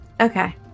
Okay